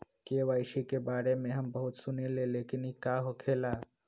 KYC के बारे में हम बहुत सुनीले लेकिन इ का होखेला?